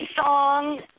song